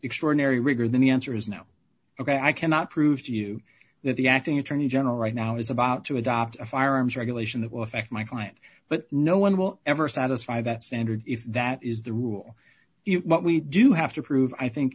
extraordinary rigor then the answer is no ok i cannot prove to you that the acting attorney general right now is about to adopt a firearms regulation that will affect my client but no one will ever satisfy that standard if that is the rule if what we do have to prove i think